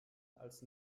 als